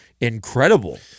incredible